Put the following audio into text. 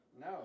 No